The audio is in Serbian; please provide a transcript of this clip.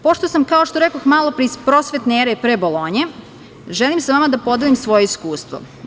Pošto sam, kao što rekoh malopre, iz prosvetne ere pre Bolonje, želim sa vama da podelim svoje iskustvo.